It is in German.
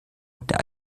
der